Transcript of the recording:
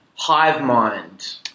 Hivemind